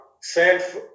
self